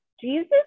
Jesus